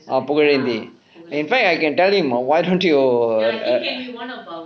ah pugalenthi in fact I can tell him why don't you err